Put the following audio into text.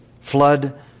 Flood